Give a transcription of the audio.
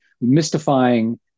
mystifying